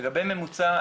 לגבי ממוצע,